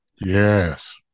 Yes